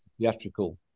Theatrical